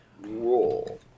roll